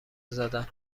زدن